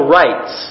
rights